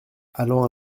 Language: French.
allant